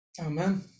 amen